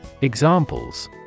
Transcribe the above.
Examples